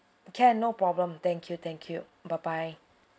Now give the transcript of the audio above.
can no problem thank you thank you bye bye